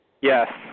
Yes